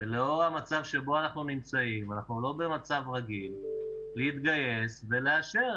לאור המצב שבו אנחנו נמצאים אנחנו לא במצב רגיל להתגייס ולאשר,